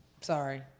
sorry